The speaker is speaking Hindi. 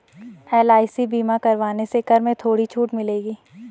एल.आई.सी बीमा करवाने से कर में थोड़ी छूट मिलेगी